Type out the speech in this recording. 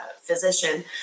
physician